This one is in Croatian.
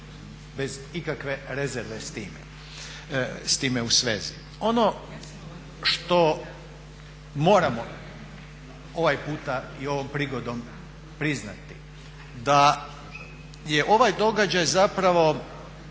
bez ikakve rezerve s time u svezi. Ono što moramo ovaj puta i ovom prigodom priznati da je ovaj događaj zapravo